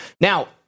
Now